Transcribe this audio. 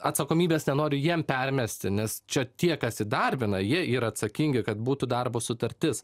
atsakomybės nenoriu jiem permesti nes čia tie kas įdarbina jie yra atsakingi kad būtų darbo sutartis